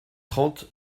trente